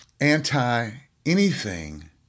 anti-anything